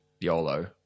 YOLO